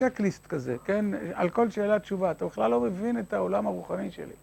textlist כזה, כן, על כל שאלה תשובה, אתה בכלל לא מבין את העולם הרוחני שלי.